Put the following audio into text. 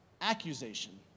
accusation